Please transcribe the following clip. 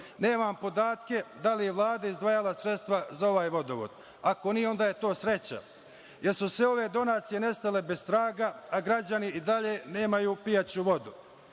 podatke da li je Vlada izdvajala sredstva za ovaj vodovod. Ako nije, onda je to sreća, jer su sve ove donacije nestale bez traga, a građani i dalje nemaju pijaću vodu.